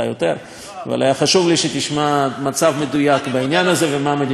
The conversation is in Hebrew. אבל היה חשוב לי שתשמע מצב מדויק בעניין הזה ומה המדיניות שלנו כאן.